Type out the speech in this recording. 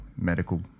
medical